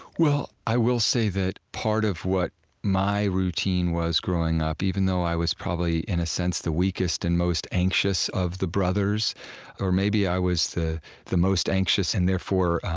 well, i will say that part of what my routine was, growing up, even though i was probably, in a sense, the weakest and most anxious of the brothers or maybe i was the the most anxious and, therefore,